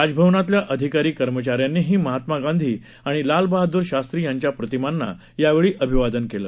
राजभवनातल्या अधिकारी कर्मचाऱ्यांनीही महात्मा गांधी आणि लाल बहादूर शास्त्री यांच्या प्रतिमांना यावेळी अभिवादन केलं